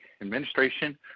administration